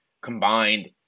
combined